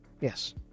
Yes